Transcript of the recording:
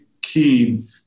keen